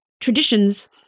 traditions